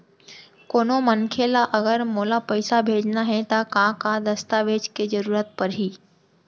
कोनो मनखे ला अगर मोला पइसा भेजना हे ता का का दस्तावेज के जरूरत परही??